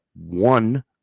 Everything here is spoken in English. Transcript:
One